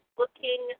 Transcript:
looking